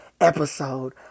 episode